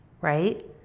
right